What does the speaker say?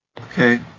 Okay